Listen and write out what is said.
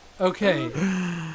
Okay